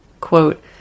Quote